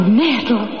metal